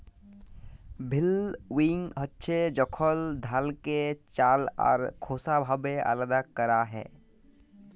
ভিল্লউইং হছে যখল ধালকে চাল আর খোসা ভাবে আলাদা ক্যরা হ্যয়